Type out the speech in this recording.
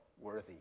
worthy